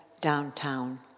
downtown